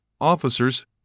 officers